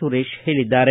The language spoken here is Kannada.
ಸುರೇಶ್ ಹೇಳಿದ್ದಾರೆ